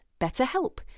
BetterHelp